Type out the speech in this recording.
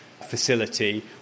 facility